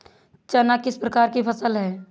चना किस प्रकार की फसल है?